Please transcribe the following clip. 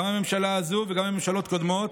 גם בממשלה הזו וגם בממשלות קודמות.